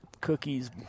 cookies